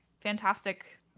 fantastic